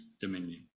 dominion